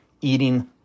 eating